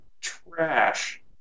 trash